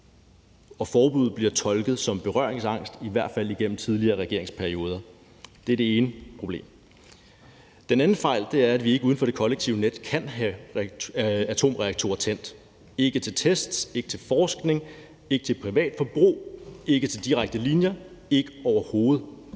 og forbuddet bliver tolket som berøringsangst, i hvert fald igennem tidligere regeringsperioder. Det er det ene problem. Den anden fejl er, at vi ikke uden for det kollektive net kan have atomreaktorer tændt, ikke til test, ikke til forskning, ikke til privat forbrug, ikke til direkte linjer, ikke overhovedet.